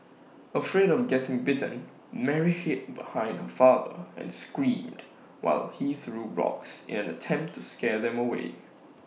afraid of getting bitten Mary hid behind her father and screamed while he threw rocks in an attempt to scare them away